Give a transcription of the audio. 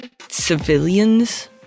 civilians